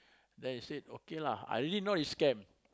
then he say okay lah I already know is scam